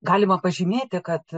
galima pažymėti kad